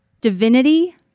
divinity